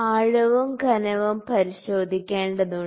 ആഴവും കനവും പരിശോധിക്കേണ്ടതുണ്ട്